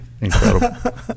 incredible